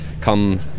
come